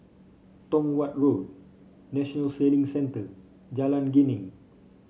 Tong Watt Road National Sailing Centre Jalan Geneng